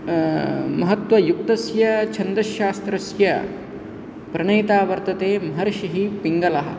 महत्वयुक्तस्य छन्दस्शास्त्रस्य प्रणेता वर्तते महर्षिः पिङ्गलः